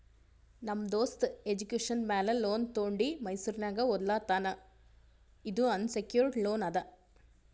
ನಮ್ ದೋಸ್ತ ಎಜುಕೇಷನ್ ಮ್ಯಾಲ ಲೋನ್ ತೊಂಡಿ ಮೈಸೂರ್ನಾಗ್ ಓದ್ಲಾತಾನ್ ಇದು ಅನ್ಸೆಕ್ಯೂರ್ಡ್ ಲೋನ್ ಅದಾ